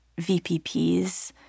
VPPs